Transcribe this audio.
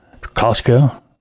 Costco